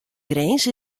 grins